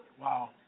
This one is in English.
Wow